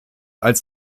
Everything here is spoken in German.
als